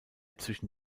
zwischen